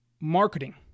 marketing